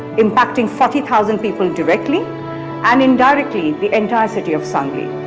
impacting forty thousand people directly and, indirectly, the entire city of sangli.